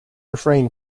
refrain